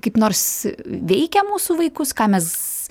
kaip nors veikia mūsų vaikus ką mes